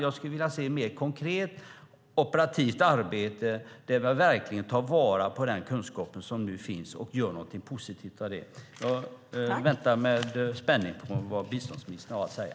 Jag skulle vilja se ett mer konkret operativt arbete där man verkligen tar vara på den kunskap som nu finns och gör någonting positivt av den. Jag väntar med spänning på vad biståndsministern har att säga.